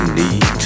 need